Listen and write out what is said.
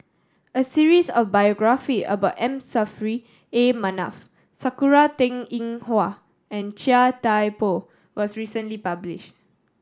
a series of biography about M Saffri A Manaf Sakura Teng Ying Hua and Chia Thye Poh was recently published